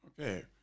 Okay